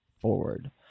forward